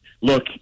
Look